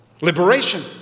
liberation